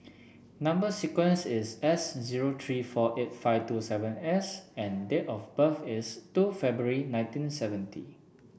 number sequence is S zero three four eight five two seven S and date of birth is two February nineteen seventy